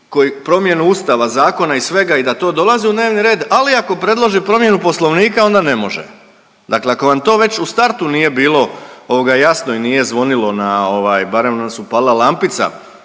promjenu Ustava, zakona i svega i da to dolazi u dnevni red, ali ako predloži promjenu poslovnika onda ne može. Dakle, ako vam to već u startu nije bilo jasno i nije zvonilo na ovaj barem vam se upalila lampica